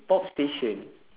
pop station